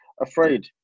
afraid